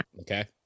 okay